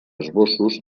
esbossos